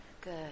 Good